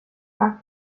nach